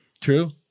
True